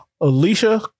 Alicia